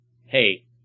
Hey